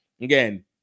again